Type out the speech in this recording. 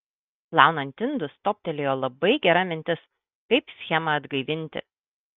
plaunant indus toptelėjo labai gera mintis kaip schemą atgaivinti